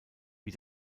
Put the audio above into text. wie